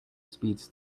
speeds